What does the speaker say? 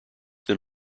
than